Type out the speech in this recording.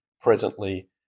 presently